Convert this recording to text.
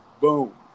boom